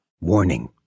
Warning